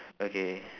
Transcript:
okay